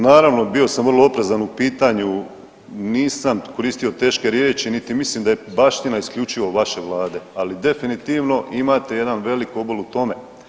Naravno, bio sam vrlo oprezan u pitanju, nisam koristio teške riječi, niti mislim da je baština isključivo vaše vlade, ali definitivno imate jedan velik obol u tome.